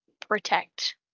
protect